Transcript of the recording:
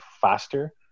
faster